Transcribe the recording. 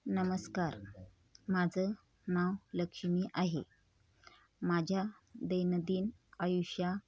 नमस्कार माझं नाव लक्ष्मी आहे माझ्या दैनंदिन आयुष्या